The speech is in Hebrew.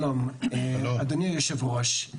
אדוני היושב ראש,